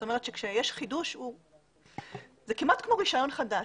זאת אומרת, כשיש חידוש, זה כמעט כמו רישיון חדש.